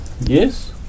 Yes